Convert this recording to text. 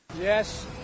Yes